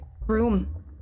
room